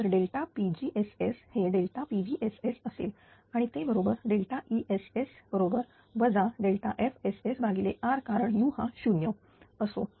तर pgss हे pVss असेल आणि ते बरोबर ESS बरोबर वजा FSSR कारण u हा 0 असो